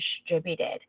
distributed